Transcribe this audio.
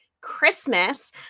Christmas